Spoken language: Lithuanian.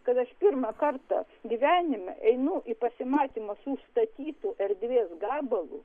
kad aš pirmą kartą gyvenime einu į pasimatymą su užstatytu erdvės gabal